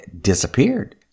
disappeared